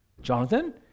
Jonathan